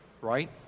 Right